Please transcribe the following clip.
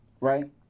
right